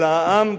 אלא העם,